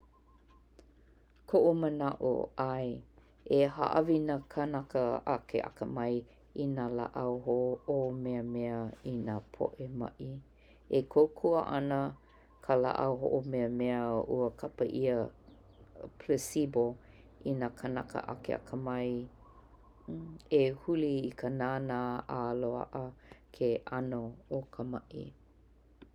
Koʻu manaʻo, ʻae. E hāʻawi nā kanaka akeakamai i nā laʻau hoʻomeamea i nā poʻe maʻi. E kōkua ana ka laʻau hoʻomeamea ʻua kapa ʻia placebo i nā kanaka akeakamai e huli ai i kā nāna1 ā loaʻa ke ʻano o ka maʻi.